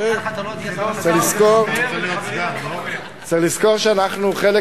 צריך לזכור שאנחנו חלק